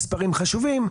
מספרים חשובים,